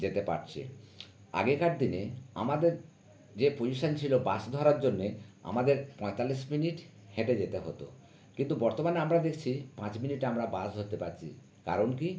যেতে পারছে আগেকার দিনে আমাদের যে পোজিশন ছিল বাস ধরার জন্যে আমাদের পঁয়তাল্লিশ মিনিট হেঁটে যেতে হতো কিন্তু বর্তমানে আমরা দেখছি পাঁচ মিনিটে আমরা বাস ধরতে পারছি কারণ কী